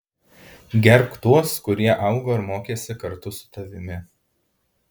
gerbk tuos kurie augo ir mokėsi kartu su tavimi